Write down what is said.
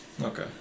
okay